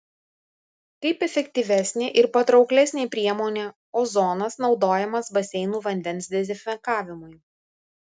kaip efektyvesnė ir patrauklesnė priemonė ozonas naudojamas baseinų vandens dezinfekavimui